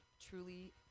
truly